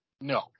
No